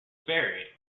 buried